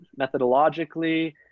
methodologically